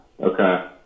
okay